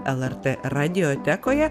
lrt radiotekoje